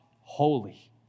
holy